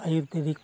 ayurvedic